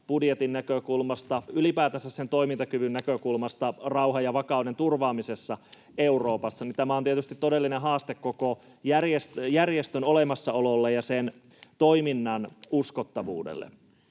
budjetin näkökulmasta, ylipäätänsä sen toimintakyvyn näkökulmasta rauhan ja vakauden turvaamisessa Euroopassa, on tietysti todellinen haaste koko järjestön olemassaololle ja sen toiminnan uskottavuudelle.